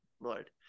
Lord